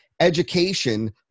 education